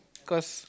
cause